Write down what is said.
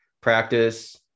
practice